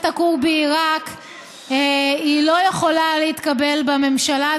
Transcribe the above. הכור בעיראק לא יכולה להתקבל בממשלה,